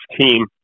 team